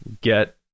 get